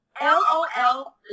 l-o-l